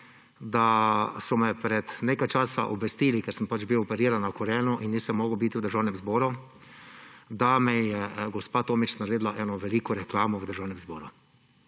da so me pred nekaj časa obvestili, ker sem pač bil operiran na kolenu in nisem mogel biti v Državnem zboru, da mi je gospa Tomića naredila eno veliko reklamo v Državnem zboru.